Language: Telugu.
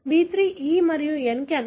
B3 E మరియు N